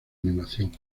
animación